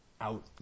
out